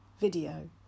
video